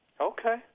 Okay